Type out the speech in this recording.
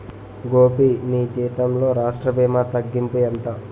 గోపీ నీ జీతంలో రాష్ట్ర భీమా తగ్గింపు ఎంత